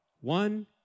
One